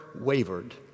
wavered